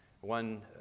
One